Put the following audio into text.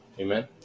Amen